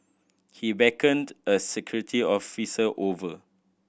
he beckoned a security officer over